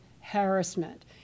harassment